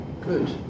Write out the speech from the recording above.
Good